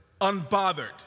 unbothered